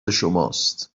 شماست